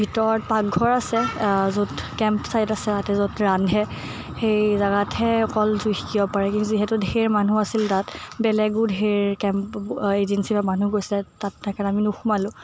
ভিতৰত পাকঘৰ আছে য'ত কেম্প ছাইত আছে ৰাতি য'ত ৰান্ধে সেই জেগাতহে অকল জুই সেকিব পাৰে কিন্তু যিহেতু ধেই মানুহ আছিল তাত বেলেগো ধেৰ কেম্প এজেঞ্চিৰ পৰা মানুহ গৈছে তাত সেইকাৰণে আমি নোসোমালো